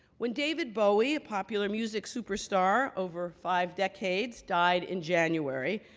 when david bowie, a popular music superstar over five decades, died in january,